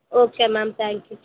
okay ma'am thank you